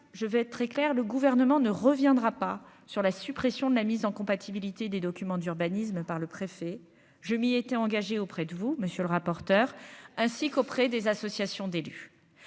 je vais être très clair, le gouvernement ne reviendra pas sur la suppression de la mise en compatibilité des documents d'urbanisme par le préfet, je m'y étais engagé auprès de vous, monsieur le rapporteur, ainsi qu'auprès des associations d'élus,